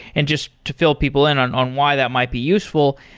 and just to fill people in on on why that might be useful,